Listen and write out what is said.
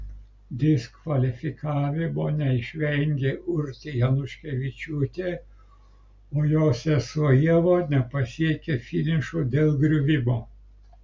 diskvalifikavimo neišvengė urtė januškevičiūtė o jos sesuo ieva nepasiekė finišo dėl griuvimo